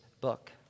book